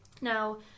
Now